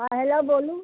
हँ हेलो बोलू